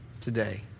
today